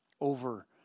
over